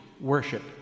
worship